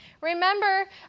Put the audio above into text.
Remember